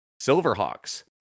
Silverhawks